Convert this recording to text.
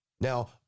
Now